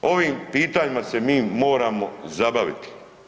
Ovim pitanjima se mi moramo zabaviti.